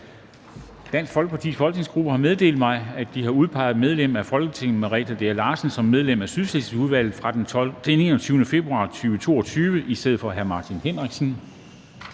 Dansk Folkepartis folketingsgruppe har meddelt mig, at den har udpeget Merete Dea Larsen som medlem af Sydslesvigudvalget fra den 21. februar 2022 i stedet for Martin Henriksen.